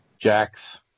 Jax